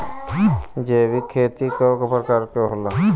जैविक खेती कव प्रकार के होला?